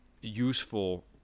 useful